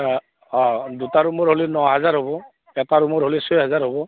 অঁ দুটা ৰুমৰ হ'লে ন হেজাৰ হ'ব এটা ৰুমৰ হ'লে ছয় হেজাৰ হ'ব